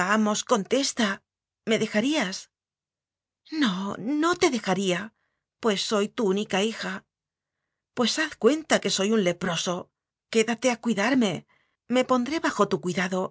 vamos contesta me dejarías no no te dejaría pues soy tu única hija pues haz cuenta que soy un leproso quédate a cuidarme me pondré bajo tu cui dado